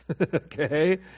okay